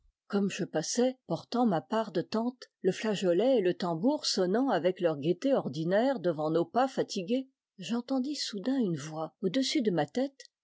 comme je passais portant ma part de tente le flageolet et le tambour sonnant avec leur gaîté ordinaire devant nos pas fatigués j'entendis soudain une voix au-dessus de ma tête